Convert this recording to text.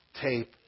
tape